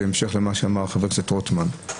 בהמשך למה שאמר חבר הכנסת רוטמן,